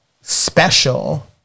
special